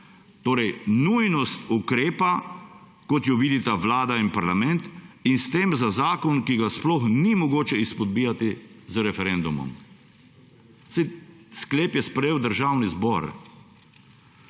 torej nujnost ukrepa, kot jo vidita vlada in parlament, in s tem za zakon, ki ga sploh ni mogoče izpodbijati z referendumom. Saj sklep je sprejel Državni zbor.